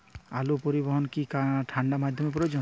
আলু পরিবহনে কি ঠাণ্ডা মাধ্যম প্রয়োজন?